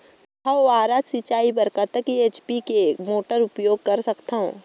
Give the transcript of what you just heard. फव्वारा सिंचाई बर कतका एच.पी के मोटर उपयोग कर सकथव?